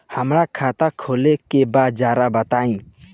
हमरा खाता खोले के बा जरा बताई